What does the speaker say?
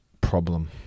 problem